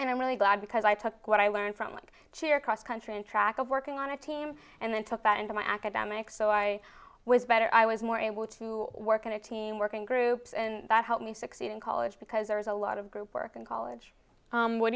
and i'm really glad because i took what i learned from my chair cross country and track of working on a team and then took that into my academics so i was better i was more able to work in a team working groups and that helped me succeed in college because there is a lot of group work in college what